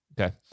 Okay